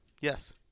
Yes